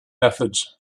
methods